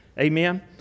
amen